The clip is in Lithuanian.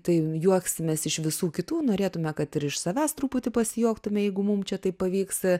tai juoksimės iš visų kitų norėtume kad ir iš savęs truputį pasijuoktume jeigu mum čia taip pavyks